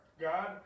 God